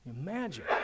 Imagine